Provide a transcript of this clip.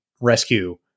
rescue